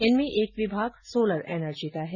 इनमें एक विभाग सोलर एनर्जी का है